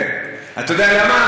כן, אתה יודע למה?